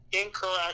incorrect